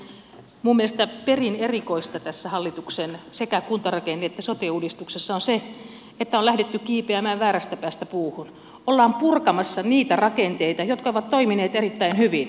minun mielestäni perin erikoista hallituksen sekä kuntarakenne että sote uudistuksessa on se että on lähdetty kiipeämään väärästä päästä puuhun ollaan purkamassa niitä rakenteita jotka ovat toimineet erittäin hyvin